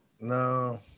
no